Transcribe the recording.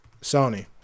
Sony